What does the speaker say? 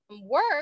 work